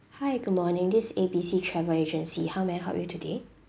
hi good morning this is A B C travel agency how may I help you today